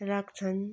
राख्छन्